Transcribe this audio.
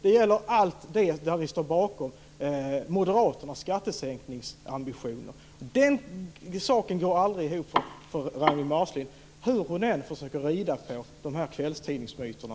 Det gäller allt där ni står bakom Moderaternas skattesänkningsambitioner. Det går aldrig ihop för Ragnwi Marcelind hur hon än försöker rida på kvällstidningsmyterna.